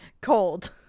cold